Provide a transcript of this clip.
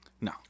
No